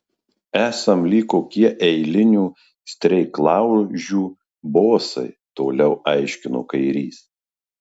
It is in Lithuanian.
esam lyg kokie eilinių streiklaužių bosai toliau aiškino kairys